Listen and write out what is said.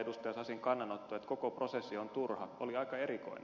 sasin kannanotto että koko prosessi on turha oli aika erikoinen